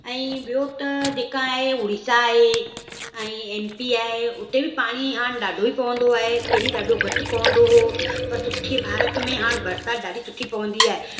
ऐं ॿियो त जेका आहे उड़ीसा आहे एमपी आहे उते बि पाणी हाणे ॾाढो ई पवंदो आहे पहिरियों ॾाढो घटि पवंदो हुओ पर सुठी भारत में हाणे बरसाति ॾाढी सुठी पवंदी आहे